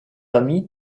amies